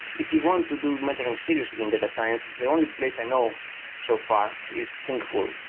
if you want to do mentoring seriously in data science, the only place i know so far is thinkful.